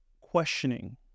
questioning